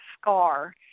scar